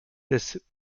des